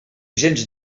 gens